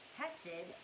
tested